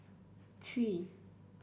three